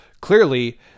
Clearly